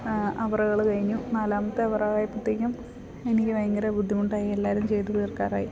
അവറ്കള് കഴിഞ്ഞ് നാലാമത്തെ അവറായപ്പത്തേക്കും എനിക്ക് ഭയങ്കര ബുദ്ധിമുട്ടായി എല്ലാരും ചെയ്ത് തീർക്കാറായി